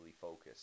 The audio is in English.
focused